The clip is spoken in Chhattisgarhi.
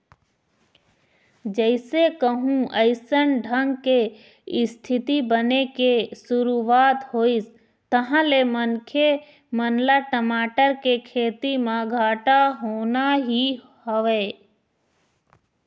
जइसे कहूँ अइसन ढंग के इस्थिति बने के शुरुवात होइस तहाँ ले मनखे मन ल टमाटर के खेती म घाटा होना ही हवय